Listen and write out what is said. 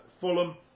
Fulham